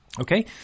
Okay